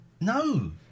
No